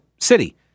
city